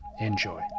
Enjoy